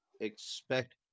expect